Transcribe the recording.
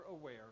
aware